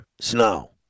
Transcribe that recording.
snow